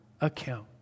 account